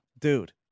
Dude